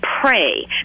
pray